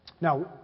Now